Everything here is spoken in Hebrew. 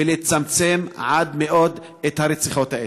ולצמצם עד מאוד את הרציחות האלה.